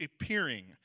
appearing